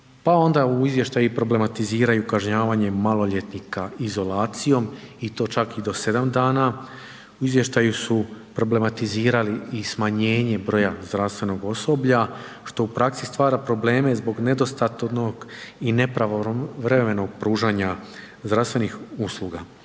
Pa onda je u izvještaju problematiziraju kažnjavanje maloljetnika izolacijom i to čak do 7 dana, u izvještaju su problematizirali i smanjenje broja zdravstvenog osoblja što u praksi stvara probleme zbog nedostatnog i nepravovremenog pružanja zdravstvenih usluga.